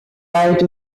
right